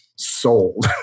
sold